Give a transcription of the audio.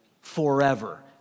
Forever